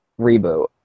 reboot